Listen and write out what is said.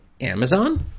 Amazon